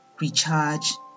recharge